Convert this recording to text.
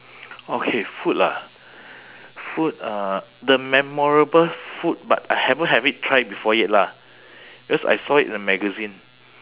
okay food ah food uh the memorable food but I haven't have it try before yet lah because I saw it in a magazine